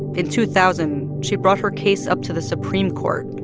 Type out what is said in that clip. in two thousand, she brought her case up to the supreme court,